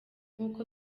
nk’uko